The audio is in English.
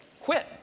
quit